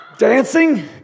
dancing